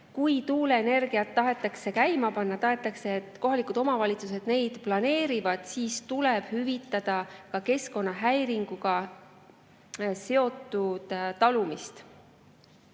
kui tuuleenergiat tahetakse käima panna, tahetakse, et kohalikud omavalitsused neid planeerivad, siis tuleb hüvitada ka keskkonnahäiringuga seotud talumist.